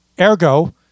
Ergo